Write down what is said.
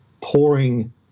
pouring